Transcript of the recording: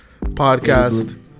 podcast